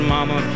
Mama